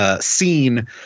scene